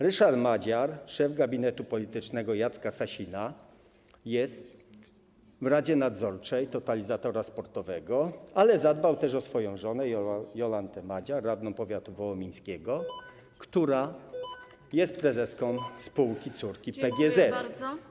Ryszard Madziar, szef gabinetu politycznego Jacka Sasina, jest w radzie nadzorczej Totalizatora Sportowego, ale zadbał też o swoją żonę Jolantę Madziar, radną powiatu wołomińskiego, która jest prezeską spółki córki PGZ.